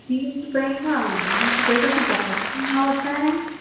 बीस रुपये का बीस रुपये का तो बहुत महंगा होता है